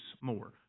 more